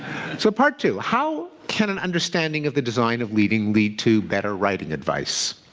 so part two. how can an understanding of the design of leaving lead to better writing advice?